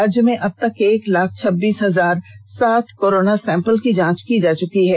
राज्य में अब तक एक लाख छब्बीस हजार सात कोरोना सैंपल की जांच की जा चुकी है